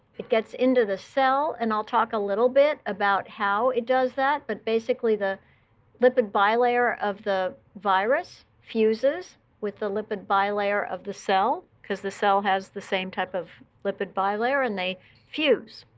it gets into the cell. and i'll talk a little bit about how it does that. but basically, the lipid bilayer of the virus fuses with the lipid bilayer of the cell because the cell has the same type of lipid bilayer. and they fuse.